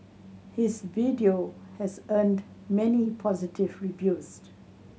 his video has earned many positive reviews